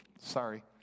Sorry